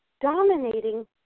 dominating